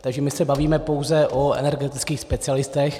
Takže my se bavíme pouze o energetických specialistech.